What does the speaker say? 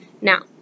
Now